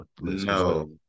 No